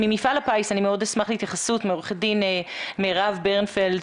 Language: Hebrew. ממפעל הפיס אני מאוד אשמח להתייחסות מעו"ד מירב ברנדפלד,